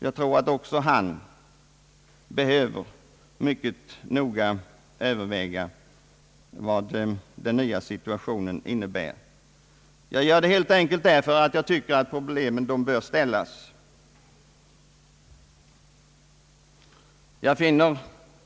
Jag tror att också han mycket noga behöver överväga vad den nya situationen innebär. Jag gör det helt enkelt därför att jag anser att problemen bör tas upp.